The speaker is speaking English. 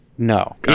No